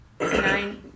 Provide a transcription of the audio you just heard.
nine